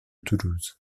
toulouse